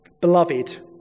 Beloved